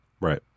Right